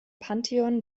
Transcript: pantheon